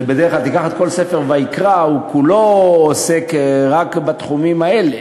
קח את כל ספר ויקרא, כולו עוסק רק בתחומים האלה